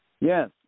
Yes